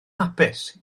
hapus